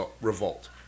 revolt